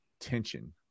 tension